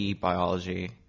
biology